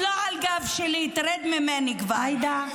עאידה.